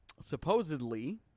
Supposedly